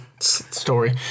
story